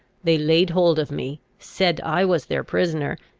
they laid hold of me, said i was their prisoner,